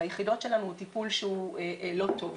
ביחידות שלנו הוא טיפול שהוא לא טוב.